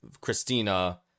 Christina